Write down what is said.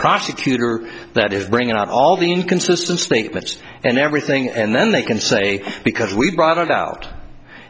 prosecutor that is bringing out all the inconsistent statements and everything and then they can say because we brought it out